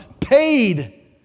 paid